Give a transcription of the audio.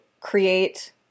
create